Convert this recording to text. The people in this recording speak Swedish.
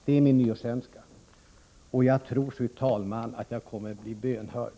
Det är min nyårsönskan, och jag tror, fru talman, att min nyårsönskan skall bli uppfylld.